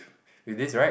with this right